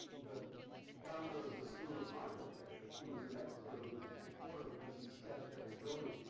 the founder of the school of architecture who is an expert on the quarter because he sketched every building,